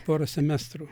pora semestrų